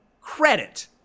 credit